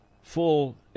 full